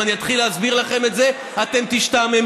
אם אני אתחיל להסביר לכם את זה, אתם תשתעממו.